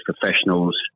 professionals